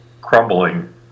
crumbling